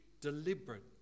Deliberate